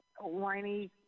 whiny